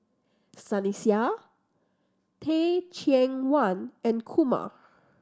Sunny Sia Teh Cheang Wan and Kumar